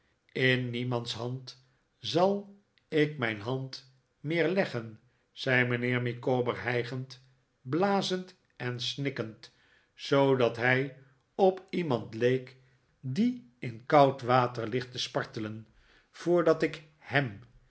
in niemands hand zal ik mijn hand meer leggen zei mijnheer micawber hijgend blazend en snikkend zoodat hij op iemand leek die in koud water ligt te spartelen voordat ik hem